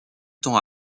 temps